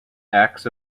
acts